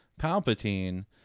Palpatine